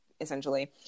essentially